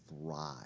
thrive